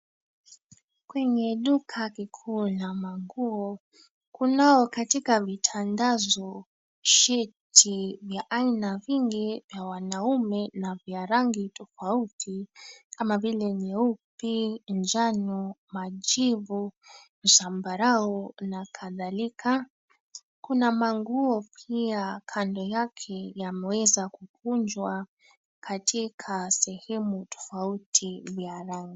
Kwenye duka kikuu la manguo, kunao katika mitandazo, shati vya aina vingi vya wanaume na vya rangi tofauti, kama vile nyeupe, njano, majivu, zambarau, na kadhalika. Kuna manguo pia kando yake, yameweza kukunjwa katika sehemu tofauti ya rangi.